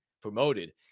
promoted